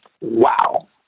Wow